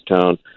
Town